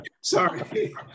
Sorry